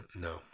no